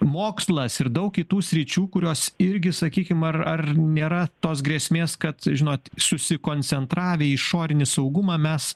mokslas ir daug kitų sričių kurios irgi sakykim ar ar nėra tos grėsmės kad žinot susikoncentravę į išorinį saugumą mes